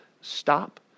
stop